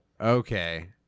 Okay